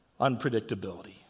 unpredictability